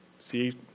See